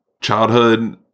childhood